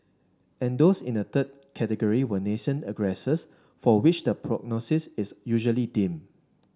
and those in a third category were nascent aggressors for which the prognosis is usually dim